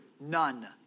None